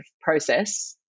process